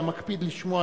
היה מקפיד לשמוע,